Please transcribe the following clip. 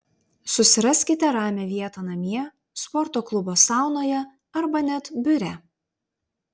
susiraskite ramią vietą namie sporto klubo saunoje arba net biure